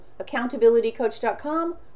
accountabilitycoach.com